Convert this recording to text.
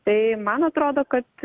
tai man atrodo kad